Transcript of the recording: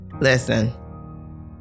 Listen